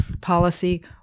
policy